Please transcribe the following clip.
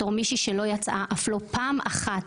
כמישהי שלא יצאה, אף לא פעם אחת,